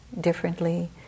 differently